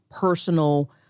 personal